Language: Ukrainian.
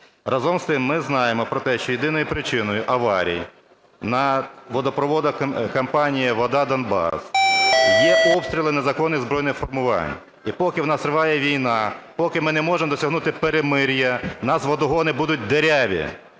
Разом з тим ми знаємо про те, що єдиною причиною аварій на водопроводах компанії "Вода Донбасу" є обстріли незаконних збройних формувань. І поки в нас триває війна, поки ми не можемо досягнути перемир'я, у нас водогони будуть діряві,